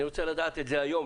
אני רוצה לדעת את זה היום,